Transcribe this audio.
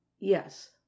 yes